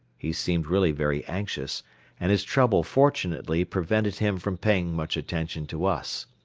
he seemed really very anxious and his trouble fortunately prevented him from paying much attention to us.